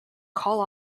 call